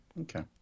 Okay